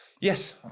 Yes